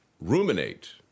ruminate